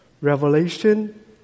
Revelation